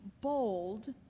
bold